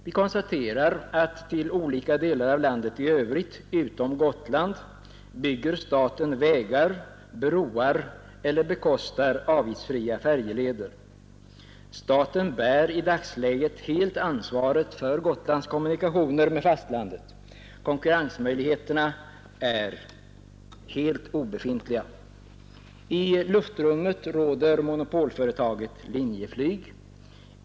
Vi konstaterar att till olika delar av landet i övrigt — utom Gotland — bygger staten vägar och broar eller bekostar avgiftsfria färjeleder. Staten bär i dagsläget helt ansvaret för Gotlands kommunikationer med fastlandet; konkurrensmöjligheterna är helt obefintliga. I luftrummet råder monopolföretaget Linjeflyg.